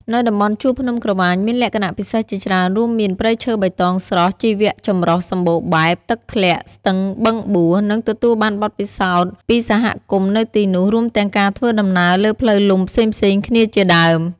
នៅតំបន់ជួរភ្នំក្រវាញមានលក្ខណៈពិសេសជាច្រើនរួមមាន ព្រៃឈើបៃតងស្រស់ ជីវៈចម្រុះសម្បូរបែប ទឹកធ្លាក់ ស្ទឹងបឹងបួរ និងទទួលបានបទពិសោធន៍ពីសហគមន៍នៅទីនោះ រួមទាំងការធ្វើដំណើរលើផ្លូវលំផ្សេងៗគ្នាជាដើម។